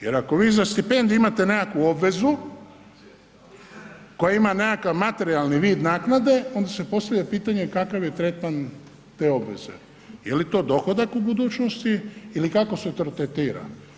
Jer ako vi za stipendiju imate nekakvu obvezu koja ima nekakav materijalni vid naknade onda se postavlja pitanje kakav je tretman te obveze, je li to dohodak u budućnosti ili k ako se to tretira?